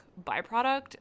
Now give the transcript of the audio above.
byproduct